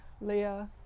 Leah